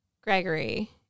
Gregory